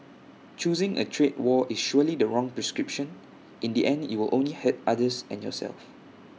choosing A trade war is surely the wrong prescription in the end you will only hurt others and yourself